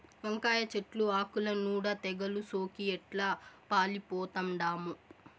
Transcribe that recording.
వంకాయ చెట్లు ఆకుల నూడ తెగలు సోకి ఎట్లా పాలిపోతండామో